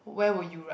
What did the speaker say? where were you ah